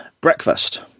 breakfast